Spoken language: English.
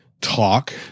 talk